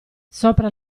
sopra